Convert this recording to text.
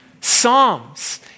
Psalms